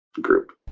group